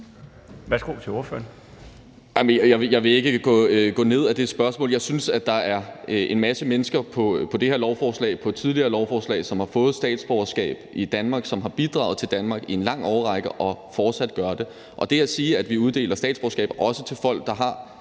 Agersnap (SF): Jeg vil ikke gå ind i det spørgsmål. Jeg synes, at der er en masse mennesker på det her lovforslag og på tidligere lovforslag, som har fået statsborgerskab i Danmark, og som har bidraget til Danmark i en lang årrække og fortsat gør det. At sige, at det, at vi også uddeler statsborgerskab til folk, der har